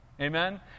Amen